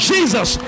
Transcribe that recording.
Jesus